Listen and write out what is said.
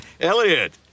Elliot